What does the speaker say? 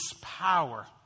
power